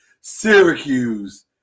Syracuse